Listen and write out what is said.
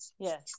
Yes